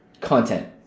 content